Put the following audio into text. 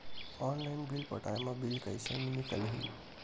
Online bill पटाय मा bill कइसे निकलही?